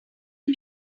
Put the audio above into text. can